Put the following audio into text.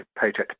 paycheck